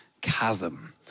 chasm